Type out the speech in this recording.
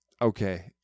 Okay